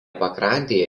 pakrantėje